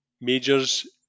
Majors